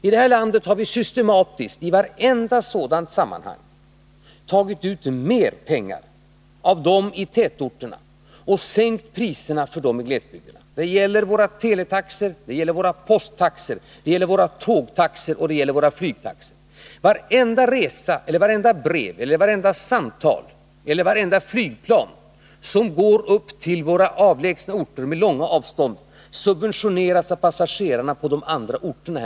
I detta land har vi systematiskt i vartenda sådant sammanhang tagit ut mer pengar av människorna i tätorterna och sänkt priserna för människorna i glesbygderna. Det gäller våra teletaxor, våra posttaxor, våra tågtaxor och våra flygtaxor. Varenda resa, vartenda brev, vartenda samtal, vartenda flygplan, som går upp till våra avlägsna orter med långa avstånd, subventioneras av servicen — och passagerarna — på de andra orterna.